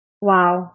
Wow